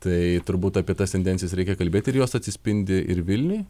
tai turbūt apie tas tendencijas reikia kalbėti ir jos atsispindi ir vilniuj